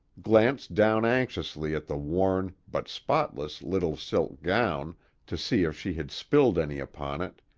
glanced down anxiously at the worn, but spotless, little silk gown to see if she had spilled any upon it,